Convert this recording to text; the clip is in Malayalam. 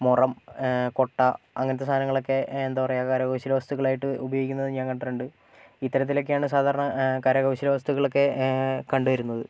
മുറം കൊട്ട അങ്ങനത്തെ സാനങ്ങളൊക്കെ എന്താ പറയാ കരകൗശല വസ്തുക്കളായിട്ട് ഉപയോഗിക്കുന്നത് ഞാൻ കണ്ടിട്ടുണ്ട് ഇത്തരത്തിലൊക്കെയാണ് സാധാരണ കരകൗശല വസ്തുക്കളൊക്കെ കണ്ടുവരുന്നത്